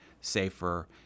safer